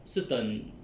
是等